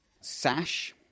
sash